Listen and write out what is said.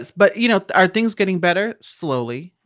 but, you know, are things getting better? slowly.